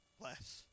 bless